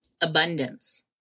abundance